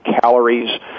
calories